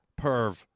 perv